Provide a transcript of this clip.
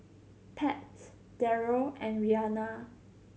Pat Darrel and Rhianna